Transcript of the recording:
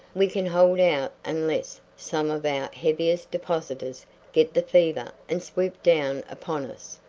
we can hold out unless some of our heaviest depositors get the fever and swoop down upon us.